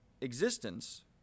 existence